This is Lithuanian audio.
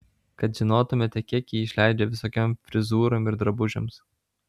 kad žinotumėte kiek ji išleidžia visokiom frizūrom ir drabužiams